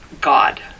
God